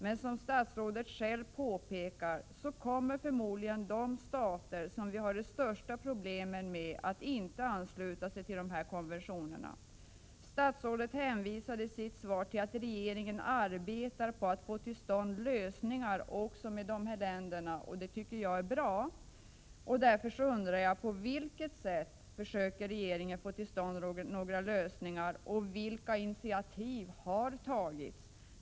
Men som statsrådet själv påpekar kommer förmodligen de stater som vi har de största problemen med inte att ansluta sig till dessa konventioner. Statsrådet hänvisar i sitt svar till att regeringen arbetar på att få till stånd lösningar, och det tycker jag är bra. Nu undrar jag: På vilket sätt försöker regeringen få till stånd lösningar, och vilka initiativ har tagits?